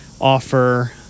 offer